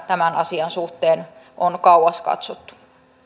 tämän asian suhteen on kauas katsottu